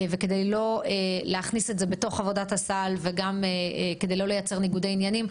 וכדי לא להכניס את זה בתוך עבודת הסל וגם כדי לא לייצר ניגודי עניינים,